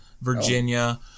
Virginia –